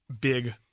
big